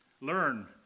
Learn